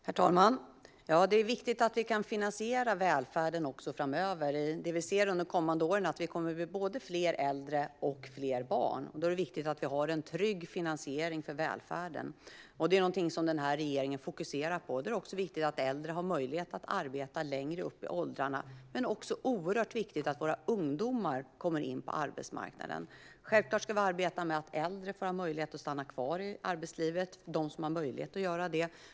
Herr talman! Det är viktigt att vi kan finansiera välfärden också framöver. Det vi ser under de kommande åren är att vi kommer att bli både fler äldre och fler barn. Då är det viktigt att vi har en trygg finansiering av välfärden. Det är någonting som regeringen fokuserar på. Därför är det viktigt att äldre har möjlighet att arbeta längre upp i åldrarna, men det är också oerhört viktigt att våra ungdomar ska komma in på arbetsmarknaden. Självklart ska vi arbeta med att äldre kan stanna kvar i arbetslivet - de som har möjlighet att göra det.